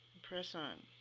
press on,